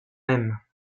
mêmes